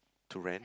to rent